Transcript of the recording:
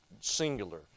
singular